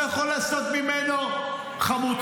לא יכול לעשות ממנו חמוצים.